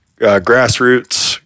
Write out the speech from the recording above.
grassroots